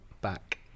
back